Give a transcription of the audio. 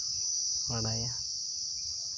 ᱵᱟᱰᱟᱭᱟ